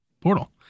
portal